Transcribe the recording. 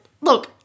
Look